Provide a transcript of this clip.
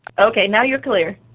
okay, now you're clear.